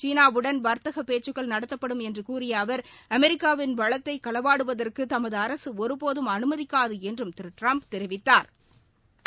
சீனாவுடன் வர்த்தக பேச்சுக்கள் நடத்தப்படும் என்று கூறிய அவர் அமெரிக்காவின் வளத்தை களவாடுவதற்கு தமது அரசு ஒருபோதும் அனுமதிக்காது என்றும் திரு ட்டிரம் தெரிவித்தாா்